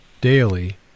daily